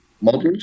models